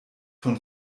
von